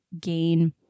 gain